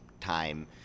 time